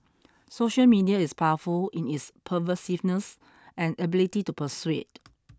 social media is powerful in its pervasiveness and ability to persuade